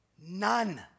None